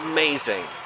Amazing